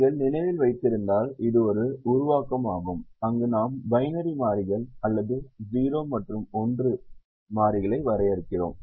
நீங்கள் நினைவில் வைத்திருந்தால் இது ஒரு உருவாக்கம் ஆகும் அங்கு நாம் பைனரி மாறிகள் அல்லது 0 மற்றும் 1 மாறிகளை வரையறுக்கிறோம்